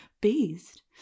Beast